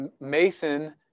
Mason